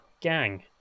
gang